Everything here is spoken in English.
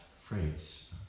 phrase